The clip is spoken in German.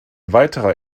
weiterer